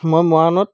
মই মৰাণত